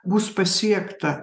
bus pasiekta